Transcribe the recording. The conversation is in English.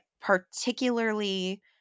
particularly